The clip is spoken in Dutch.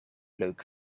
leuk